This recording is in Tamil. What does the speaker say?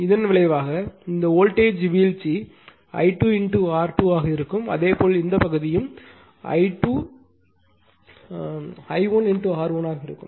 இதன் விளைவாக இந்த வோல்டேஜ் வீழ்ச்சி I2 R2 ஆக இருக்கும் அதேபோல் இந்த பகுதியும் I2 I1 R1 ஆக இருக்கும்